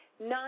nine